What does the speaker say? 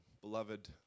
beloved